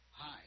Hi